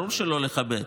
ברור שלא נכבד,